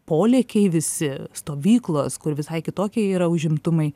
polėkiai visi stovyklos kur visai kitokie yra užimtumai